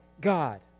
God